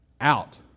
out